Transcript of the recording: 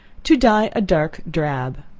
to dye a dark drab.